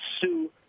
sue